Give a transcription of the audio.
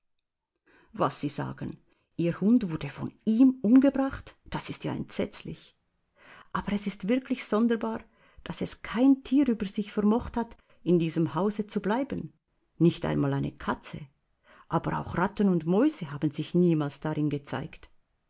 was sie sagen ihr hund wurde von ihm umgebracht das ist ja entsetzlich aber es ist wirklich sonderbar daß es kein tier über sich vermocht hat in diesem hause zu bleiben nicht einmal eine katze aber auch ratten und mäuse haben sich niemals darin gezeigt